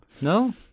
No